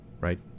right